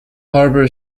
harbor